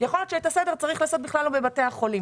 יכול להיות שאת הסדר צריך לעשות בכלל לא בבתי החולים